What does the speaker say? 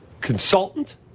consultant